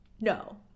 no